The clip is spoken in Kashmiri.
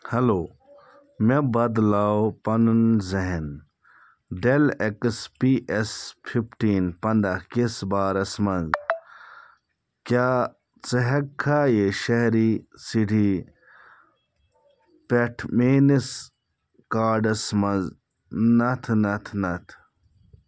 ہیلو مےٚ بدلاو پنُن ذہن ڈیل ایکس پی ایس کس فِفِٹیٖن پَنداہ بارس منٛز کیٛاہ ژٕ ہیٚککھا یہ شہری سِری پٮ۪ٹھ میٲنس کاڈٹس منٛز نتھ نتھ نتھ